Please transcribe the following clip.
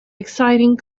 exciting